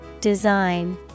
Design